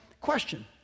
Question